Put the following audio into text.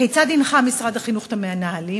כיצד הנחה משרד החינוך מנהלים,